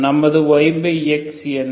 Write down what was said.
நமது yx என்ன